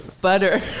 Butter